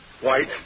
White